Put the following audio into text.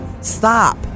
stop